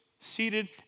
seated